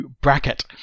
bracket